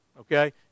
okay